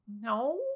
No